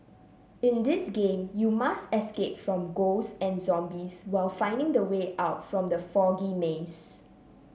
in this game you must escape from ghosts and zombies while finding the way out from the foggy maze